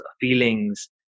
feelings